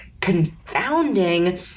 confounding